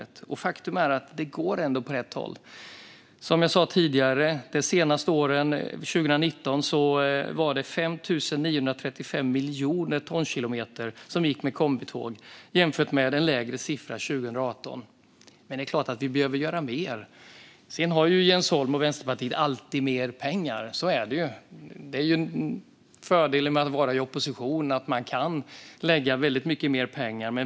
Faktum är att det går åt rätt håll. År 2019 var det, som jag sa tidigare, 5 935 miljoner tonkilometer som gick med kombitåg. Siffran var lägre 2018, men det är klart att vi behöver göra mer. Jens Holm och Vänsterpartiet har ju alltid mer pengar; så är det. Fördelen med att vara i opposition är att man kan lägga väldigt mycket mer pengar.